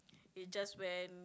it just went